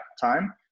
time